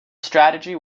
strategy